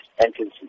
entrance